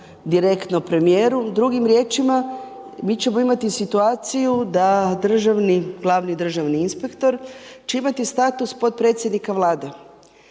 direktno premijeru, drugim riječima, mi ćemo imati situaciju da glavni državni inspektor će imati status potpredsjednika Vlade.